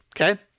Okay